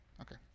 Okay